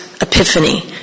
Epiphany